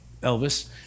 Elvis